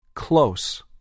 Close